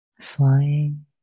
flying